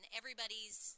everybody's